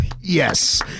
Yes